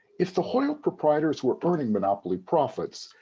if the hoyle proprietors were earning monopoly profits,